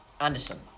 Anderson